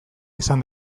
izan